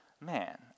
man